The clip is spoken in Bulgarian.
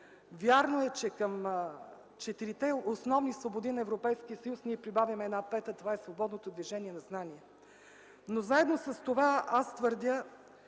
Вярно е, че към четирите основни свободи на Европейския съюз ние прибавяме една пета. Това е свободното движение на знания. Заедно с това аз твърдя,